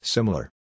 Similar